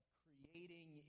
creating